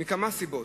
מכמה סיבות.